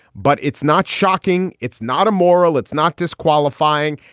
but it's not shocking. it's not a moral. it's not disqualifying.